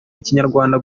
ikinyarwanda